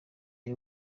the